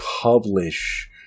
publish